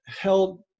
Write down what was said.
held